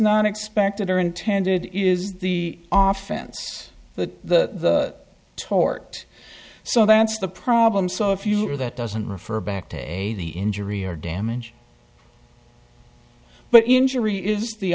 not expected or intended is the off fence the tort so that's the problem so if you are that doesn't refer back to a the injury or damage but injury is the